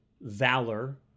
valor